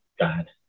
God